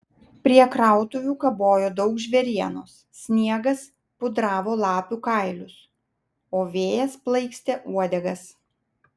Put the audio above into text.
prie krautuvių kabojo daug žvėrienos sniegas pudravo lapių kailius o vėjas plaikstė uodegas